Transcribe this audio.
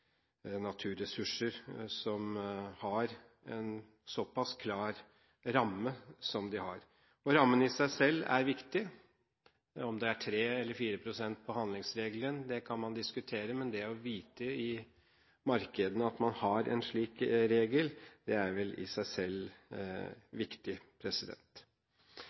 naturressurser, som har en såpass klar ramme som de har. Rammen i seg selv er viktig – om det er 3 eller 4 pst. på handlingsregelen, det kan man diskutere, men det å vite i markedene at man har en slik regel, det er vel i seg selv viktig.